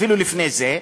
אפילו לפני זה,